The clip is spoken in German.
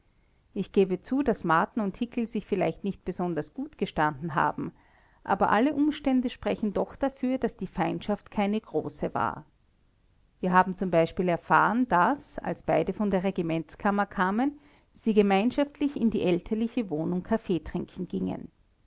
ich gebe zu daß marten und hickel sich vielleicht nicht besonders gut gestanden haben aber alle umstände sprechen doch dafür daß die feindschaft keine große war wir haben z b erfahren daß als beide von der regimentskammer kamen sie gemeinschaftlich in die elterliche wohnung kaffee trinken gingen